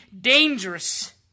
dangerous